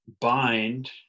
bind